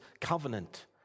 covenant